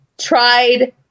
tried